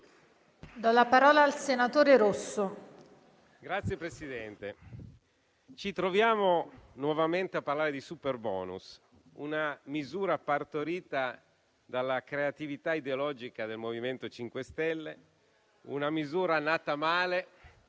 ci troviamo nuovamente a parlare di superbonus, una misura partorita dalla creatività ideologica del MoVimento 5 Stelle, nata male